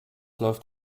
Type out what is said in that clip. läuft